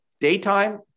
daytime